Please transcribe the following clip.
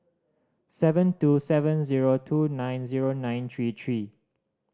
seven two seven zero two nine zero nine three three